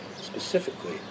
specifically